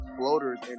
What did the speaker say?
floaters